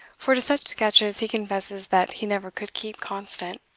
for to such sketches he confesses that he never could keep constant.